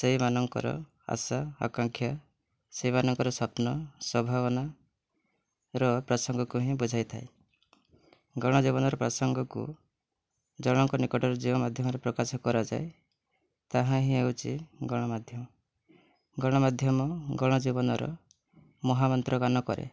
ସେଇ ମାନଙ୍କର ଆଶା ଆଙ୍କାକ୍ଷା ସେଇମାନଙ୍କର ସପ୍ନ ସମ୍ଭାବନାର ପ୍ରସଙ୍ଗକୁ ହିଁ ବୁଝାଇଥାଏ ଗଣ ଜୀବନରେ ପ୍ରସଙ୍ଗକୁ ଜଣକ ନିକଟରେ ଯେଉଁ ମାଧ୍ୟମରେ ପ୍ରକାଶ କରାଯାଏ ତାହାହିଁ ହେଉଛି ଗଣ ମାଧ୍ୟମ ଗଣମାଧ୍ୟମ ଗଣ ଜୀବନରେ ମହାମନ୍ତ୍ର ଗାନକରେ